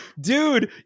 dude